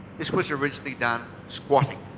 this was originally done squatting.